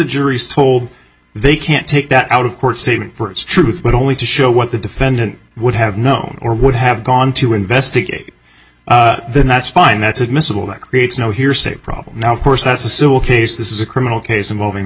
jury's told they can't take that out of court statement for its truth but only to show what the defendant would have known or would have gone to investigate then that's fine that's admissible that creates no hearsay problem now of course that's a civil case this is a criminal case involving